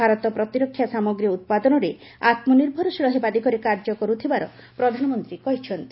ଭାରତ ପ୍ରତିରକ୍ଷା ସାମଗ୍ରୀ ଉତ୍ପାଦନରେ ଆତ୍ମନିର୍ଭରଶୀଳ ହେବା ଦିଗରେ କାର୍ଯ୍ୟ କରୁଥିବାର ପ୍ରଧାନମନ୍ତ୍ରୀ କହିଚ୍ଛନ୍ତି